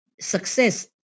success